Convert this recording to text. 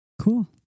Cool